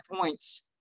points